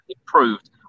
improved